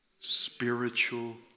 spiritual